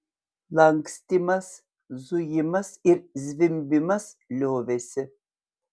lakstymas zujimas ir zvimbimas liovėsi